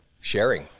Sharing